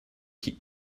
keep